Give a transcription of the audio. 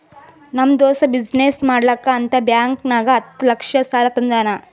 ನಮ್ ದೋಸ್ತ ಬಿಸಿನ್ನೆಸ್ ಮಾಡ್ಲಕ್ ಅಂತ್ ಬ್ಯಾಂಕ್ ನಾಗ್ ಹತ್ತ್ ಲಕ್ಷ ಸಾಲಾ ತಂದಾನ್